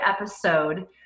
episode